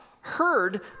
heard